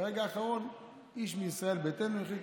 ברגע האחרון איש מישראל ביתנו החליט